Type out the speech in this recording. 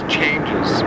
changes